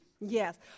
Yes